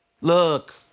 Look